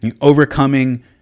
Overcoming